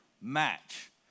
match